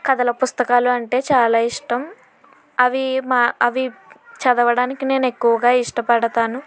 కథల పుస్తకాలు అంటే చాలా ఇష్టం అవి మా అవి చదవడానికి నేను ఎక్కువగా ఇష్టపడతాను